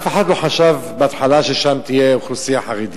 אף אחד לא חשב בהתחלה ששם תהיה אוכלוסייה חרדית.